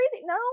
No